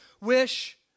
wish